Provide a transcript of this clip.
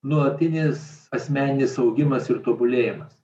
nuolatinis asmeninis augimas ir tobulėjimas